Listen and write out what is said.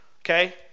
okay